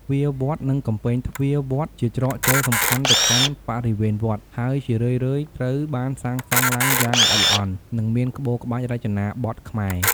ទ្វារវត្ត និងកំពែងទ្វារវត្តជាច្រកចូលសំខាន់ទៅកាន់បរិវេណវត្ត ហើយជារឿយៗត្រូវបានសាងសង់ឡើងយ៉ាងល្អិតល្អន់ និងមានក្បូរក្បាច់រចនាបថខ្មែរ។